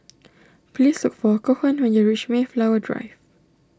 please look for Cohen when you reach Mayflower Drive